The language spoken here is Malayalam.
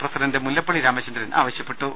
പ്രസിഡന്റ് മുല്ലപ്പള്ളി രാമചന്ദ്രൻ ആവശ്യപ്പെട്ടു